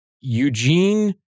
Eugene